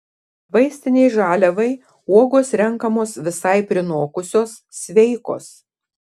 vaistinei žaliavai uogos renkamos visai prinokusios sveikos